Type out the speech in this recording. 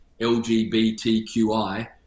LGBTQI